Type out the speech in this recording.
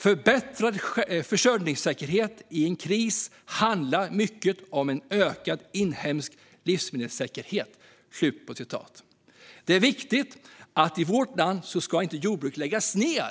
Förbättrad försörjningssäkerhet i en kris handlar mycket om en ökad inhemsk livsmedelssäkerhet." Det är viktigt att jordbruk i vårt land inte läggs ned